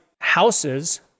houses